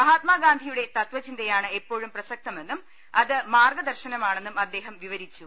മഹാത്മാഗാന്ധിയുടെ തത്വ ചിന്തയാണ് എപ്പോഴും പ്രസ ക്തമെന്നും അത് മാർഗ്ഗദർശനമാണെന്നും അദ്ദേഹം വിവരിച്ചു